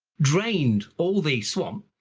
drained all the swamp,